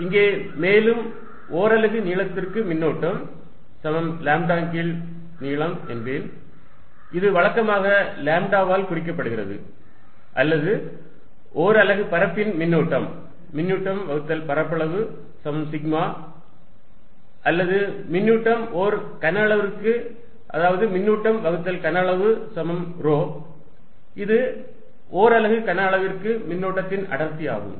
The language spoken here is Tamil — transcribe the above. இங்கே மேலும் ஓர் அலகு நீளத்திற்கு மின்னூட்டம் λ நீளம் என்பேன் இது வழக்கமாக லாம்ப்டாவால் குறிக்கப்படுகிறது அல்லது ஒரு அலகு பரப்பின் மின்னூட்டம் மின்னூட்டம் பரப்பளவு σ அல்லது மின்னூட்டம் ஒரு கனஅளவுக்கு மின்னூட்டம் கனஅளவு ρ இது ஒரு அலகு கனஅளவுக்குக்கு மின்னூட்டத்தின் அடர்த்தி ஆகும்